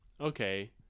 okay